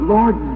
Lord